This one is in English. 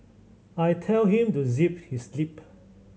I tell him to zip his lip